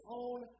own